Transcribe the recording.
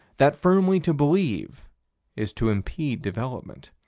that firmly to believe is to impede development.